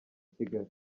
kigali